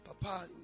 Papa